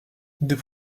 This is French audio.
deux